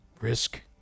risk